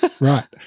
Right